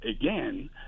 again